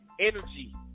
energy